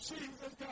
Jesus